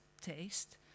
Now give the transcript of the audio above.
taste